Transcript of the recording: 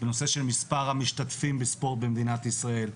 בנושא של מספר המשתתפים בספורט במדינת ישראל.